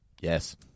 Yes